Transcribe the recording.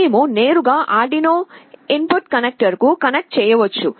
మేము నేరుగా Arduino input కనెక్టర్లకు కనెక్ట్ చేయవచ్చు